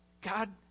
God